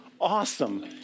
awesome